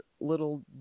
little